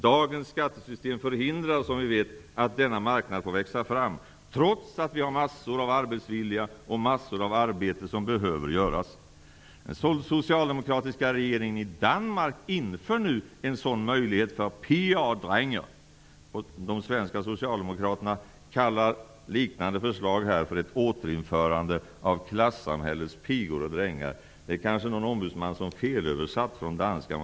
Dagens skattesystem förhindrar att denna marknad får växa fram, trots att vi har massor av arbetsvilliga och massor av arbete som behöver göras. Den socialdemokratiska regeringen i Danmark inför nu en sådan möjlighet för ''piger och draenger''. De svenska socialdemokraterna säger om vårt liknande förslag att det innebär ett återinförande av klassamhällets pigor och drängar. Kanske är det någon ombudsman som felöversatt från danskan?